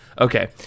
Okay